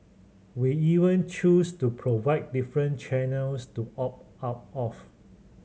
we even choose to provide different channels to opt out of